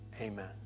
amen